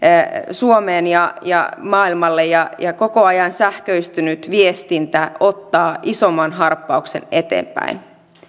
suomeen ja ja maailmalle ja ja sähköistynyt viestintä ottaa koko ajan isompia harppauksia eteenpäin